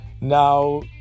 Now